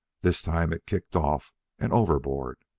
this time it kicked off and overboard.